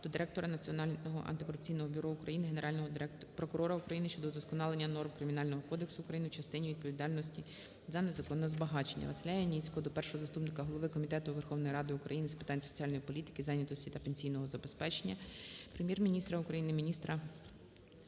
до директора Національного антикорупційного бюро України, Генерального прокурора України щодо удосконалення норм Кримінального кодексу України в частині відповідальності за незаконне збагачення. ВасиляЯніцького до першого заступника голови Комітету Верховної Ради України з питань соціальної політики, зайнятості та пенсійного забезпечення,